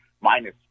minus